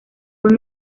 fue